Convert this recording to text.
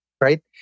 right